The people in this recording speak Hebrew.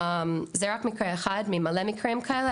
זה רק מקרה אחד מהמון מקרים כאלו,